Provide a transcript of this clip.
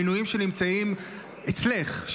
מינויים שנמצאים אצלך,